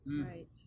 Right